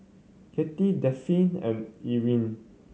Katy Dafne and Irine